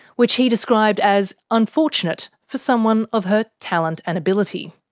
which he described as unfortunate for someone of her talent and ability.